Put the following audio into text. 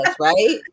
right